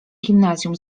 gimnazjum